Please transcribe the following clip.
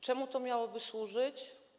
Czemu to miałoby służyć?